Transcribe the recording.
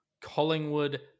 Collingwood